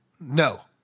no